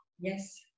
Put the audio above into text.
Yes